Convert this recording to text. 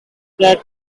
there